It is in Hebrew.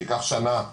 שייקח שנה,